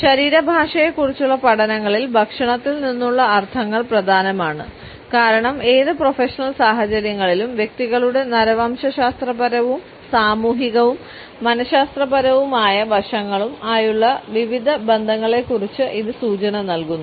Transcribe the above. ശരീരഭാഷയെക്കുറിച്ചുള്ള പഠനങ്ങളിൽ ഭക്ഷണത്തിൽ നിന്നുള്ള അർത്ഥങ്ങൾ പ്രധാനമാണ് കാരണം ഏത് പ്രൊഫഷണൽ സാഹചര്യങ്ങളിലും വ്യക്തികളുടെ നരവംശശാസ്ത്രപരവും സാമൂഹികവും മനശാസ്ത്രപരവുമായ വശങ്ങളും ആയുള്ള വിവിധ ബന്ധങ്ങളെ കുറിച്ച് ഇത് സൂചന നൽകുന്നു